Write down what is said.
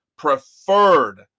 preferred